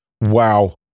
wow